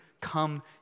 come